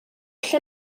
lle